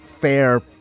fair